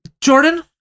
Jordan